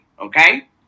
okay